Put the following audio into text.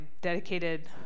dedicated